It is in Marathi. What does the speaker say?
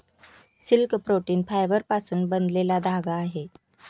सिल्क प्रोटीन फायबरपासून बनलेला धागा आहे